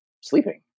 sleeping